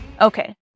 Okay